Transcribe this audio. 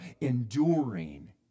enduring